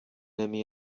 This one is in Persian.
نمی